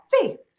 faith